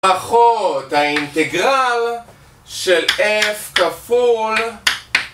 פחות האינטגרל של f כפול